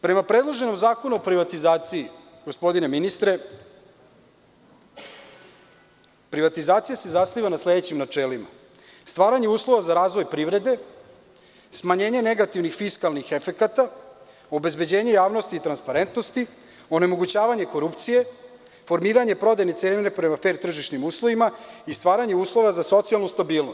Prema predloženom zakonu o privatizaciji, gospodine ministre, privatizacija se zasniva na sledećim načelima: stvaranje uslova za razvoj privrede, smanjenje negativnih fiskalnih efekata, obezbeđenje javnosti i transparentnosti, onemogućavanje korupcije, formiranje prodajne cene prema fer tržišnim uslovima i stvaranje uslova za socijalnu stabilnost.